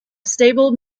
staple